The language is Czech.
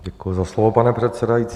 Děkuji za slovo, pane předsedající.